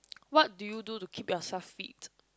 what do you do to keep yourself fit